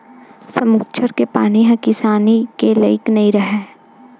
समुद्दर के पानी ह किसानी के लइक नइ राहय